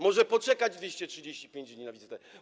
Może poczekać 235 dni na wizytę?